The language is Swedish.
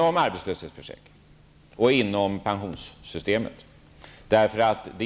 arbetslöshetsförsäkringen och pensionssystemet.